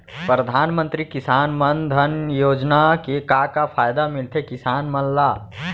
परधानमंतरी किसान मन धन योजना के का का फायदा मिलथे किसान मन ला?